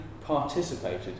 participated